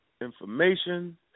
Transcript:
information